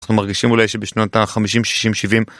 אנחנו מרגישים אולי שבשנות החמישים, שישים, שבעים.